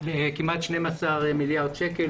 זה מציג כאן כאילו שחסרים במערכת כמעט 12 מיליארד שקלים.